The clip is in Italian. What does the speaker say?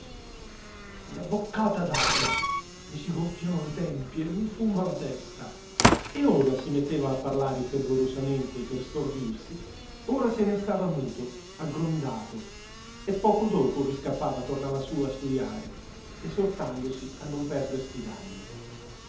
una boccata d aria i si gonfiano le tempie i fuma la testa e ora si metteva a parlare fervorosamente per stordirsi ora se ne stava muto aggrondato e poco dopo riscappava tornava sú a studiare esortandosi a non perdersi